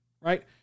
Right